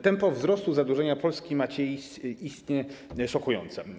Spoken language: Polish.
Tempo wzrostu zadłużenia Polski macie istnie szokujące.